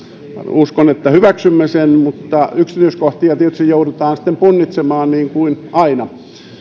uskon että hyväksymme sen mutta yksityiskohtia tietysti joudutaan sitten punnitsemaan niin kuin aina